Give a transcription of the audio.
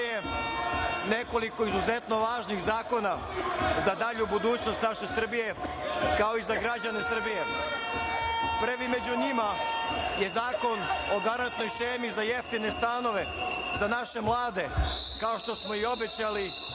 nekoliko izuzetno važnih zakona za dalju budućnost naše Srbije, kao i za građane Srbije. Prvi među njima je zakon o garantnoj ceni za jeftine stanove za naše mlade, kao što smo obećali